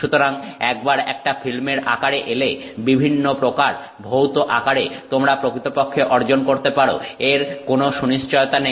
সুতরাং একবার একটা ফিল্মের আকারে এলে বিভিন্ন প্রকার ভৌত আকারে তোমরা প্রকৃতপক্ষে অর্জন করতে পারো এর কোনো সুনিশ্চয়তা নেই